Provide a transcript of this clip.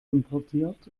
importiert